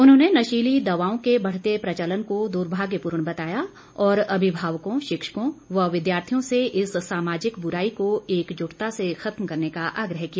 उन्होंने नशीली दवाओं के बढ़ते प्रचलन को दुर्भाग्यपूर्ण बताया और अभिभावकों शिक्षकों और विद्यार्थियों से इस समाजिक बुराई को एकजुटता से खत्म करने का आग्रह किया